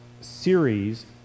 series